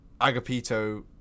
agapito